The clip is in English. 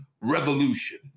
revolution